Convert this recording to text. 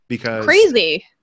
Crazy